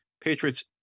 Patriots